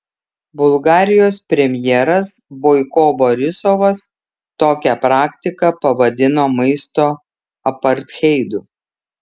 bulgarijos premjeras boiko borisovas tokią praktiką pavadino maisto apartheidu